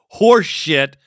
horseshit